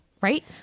Right